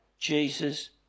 Jesus